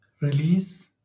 release